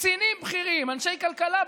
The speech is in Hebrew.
קצינים בכירים, אנשי כלכלה בכירים,